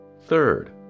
Third